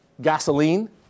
gasoline